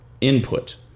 input